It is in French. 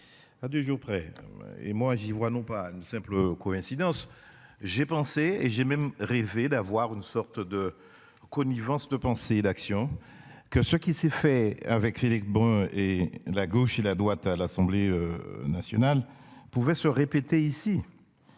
À deux jours près. Et moi j'y vois non pas une simple coïncidence. J'ai pensé et j'ai même rêver d'avoir une sorte de connivence, de pensée et d'action, que ce qui s'est fait avec Philippe Brun et la gauche et la droite à l'Assemblée. Nationale pouvait se répéter ici.